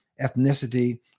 ethnicity